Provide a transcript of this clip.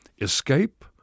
escape